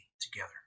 together